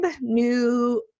new